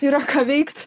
yra ką veikt